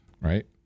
right